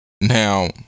Now